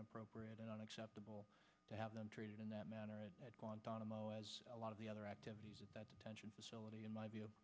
inappropriate and unacceptable to have been treated in that manner and at guantanamo as a lot of the other activities that attention facility in my view